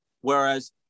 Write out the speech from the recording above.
Whereas